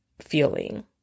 feeling